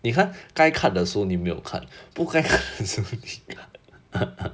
你看该 cut 的时候你没有 cut 不该 cut 的时候你 cut